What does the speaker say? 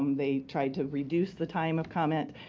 um they tried to reduce the time of comment.